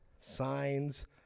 signs